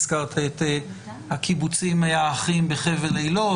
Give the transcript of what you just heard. הזכרת את הקיבוצים האחרים בחבל אילות,